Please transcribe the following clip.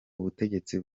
ubutegetsi